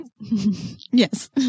Yes